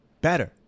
better